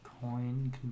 Coin